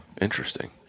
Interesting